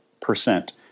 percent